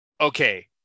okay